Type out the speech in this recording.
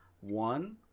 One